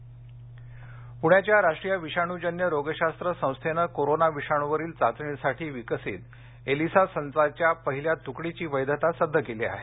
Elisa पुण्याच्या राष्ट्रीय विषाणूजन्य रोगशास्त्र संस्थेनं कोरोना विषाणूवरील चाचणीसाठी विकसीत एलिसा संचाच्या पहिल्या तुकडीची वैधता सिद्ध केली आहे